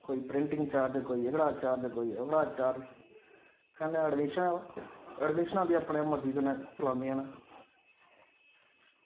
कोई printing charge कोई एह्कड़ा चार्ज कोई ओह्कड़ा चार्ज कन्नै एडमिशनां एडमिशनां बी अपनी मरजी कन्नै चलांदियां न